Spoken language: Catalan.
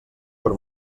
per